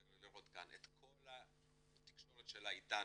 את כל התקשורת שלה איתנו,